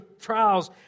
trials